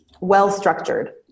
well-structured